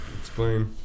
Explain